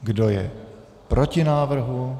Kdo je proti návrhu?